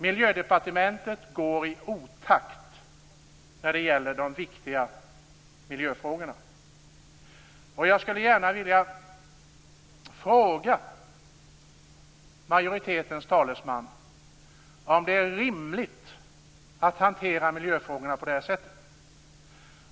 Miljödepartementet går i otakt när det gäller de viktiga miljöfrågorna. Jag skulle gärna vilja fråga majoritetens talesman om det är rimligt att hantera miljöfrågorna på det här sättet.